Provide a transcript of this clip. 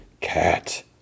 cat